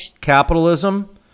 capitalism